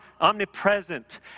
omnipresent